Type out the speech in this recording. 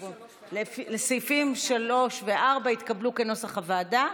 סעיפים 3 ו-4 התקבלו כנוסח הוועדה.